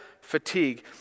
fatigue